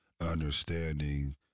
understanding